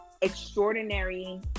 extraordinary